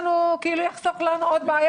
זה יחסוך לנו עוד בעיה,